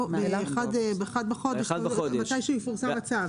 לא, באחד בחודש מתי שיפורסם הצו.